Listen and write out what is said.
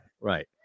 right